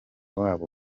wabo